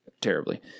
terribly